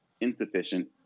insufficient